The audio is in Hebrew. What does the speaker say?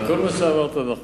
כל מה שאמרת נכון.